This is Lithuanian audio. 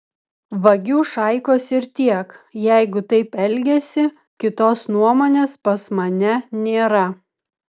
vagių šaikos ir tiek jeigu taip elgiasi kitos nuomonės pas mane nėra